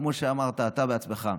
כמו שאמרת אתה בעצמך,